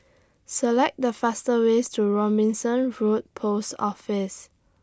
Select The fastest ways to Robinson Road Post Office